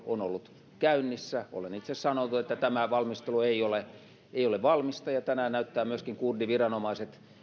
on ollut käynnissä olen itse sanonut että tämä valmistelu ei ole ei ole valmista ja tänään näyttävät myöskin kurdiviranomaiset